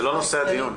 זה לא נושא הדיון.